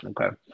Okay